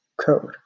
code